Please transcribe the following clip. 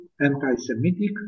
anti-Semitic